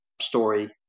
story